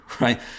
right